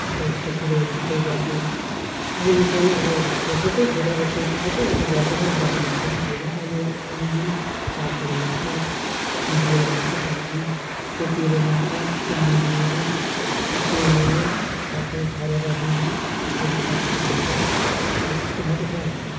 अन्त यस्तो कुरोहरू सबै गर्थ्यो अहिले चाहिँ अब त्यो सबै छोडेर त्यो सबै अहिले गर्दैन गर्ने मान्छे पनि छैन अहिले अलिअलि सागहरू लाउँछ सिमीहरू लाउँछ अलिअलि कोपीहरू लाउँछ त्यस्तो मूलीहरू तोरीहरू सागहरू छरेर अनि तोरीको सागहरू खान्छ हो त्यस्तो मात्रै छ अहिले त